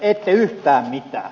ette yhtään mitään